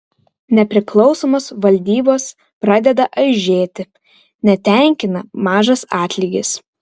nepriklausomos valdybos pradeda aižėti netenkina mažas atlygis